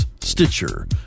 Stitcher